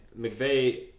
mcveigh